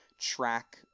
track